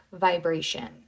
vibration